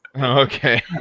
Okay